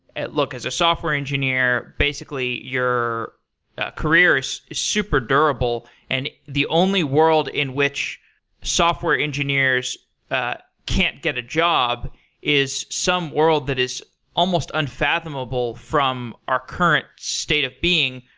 look, as a software engineer, basically, your ah career is is super durable and the only world in which software engineers can't get a job is some world that is almost unfathomable from our current state of being.